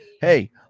Hey